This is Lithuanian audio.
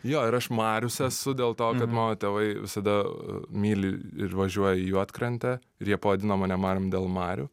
jo ir aš marius esu dėl to kad mano tėvai visada myli ir važiuoja į juodkrantę ir jie pavadino mane marium dėl marių